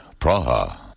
Praha